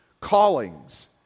callings